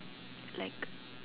like